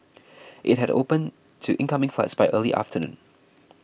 it had opened to incoming flights by early afternoon